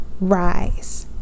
rise